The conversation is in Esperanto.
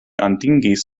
atingis